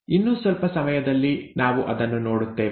ಇನ್ನು ಸ್ವಲ್ಪ ಸಮಯದಲ್ಲಿ ನಾವು ಅದನ್ನು ನೋಡುತ್ತೇವೆ